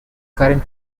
current